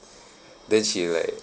then she like